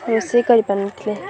ରୋଷେଇ କରିପାରୁନଥିଲେ